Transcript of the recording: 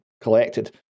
collected